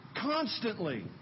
constantly